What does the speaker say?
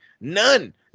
None